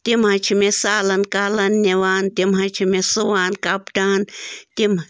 تِم حظ چھِ مےٚ سالَن کالَن نِوان تِم حظ چھِ مےٚ سُوان کَپٹان تِم